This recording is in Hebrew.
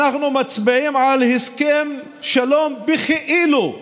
אנחנו מצביעים על הסכם שלום בכאילו,